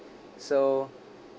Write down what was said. so